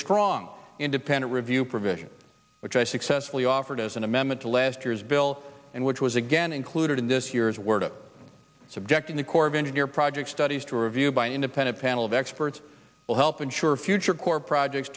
strong independent review provision which i successfully offered as an amendment to last year's bill and which was again included in this year's worth of subjecting the corps of engineer projects studies to review by an independent panel of experts will help ensure future corps projects